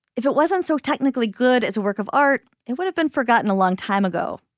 if it wasn't so technically good, it's a work of art. it would have been forgotten a long time ago.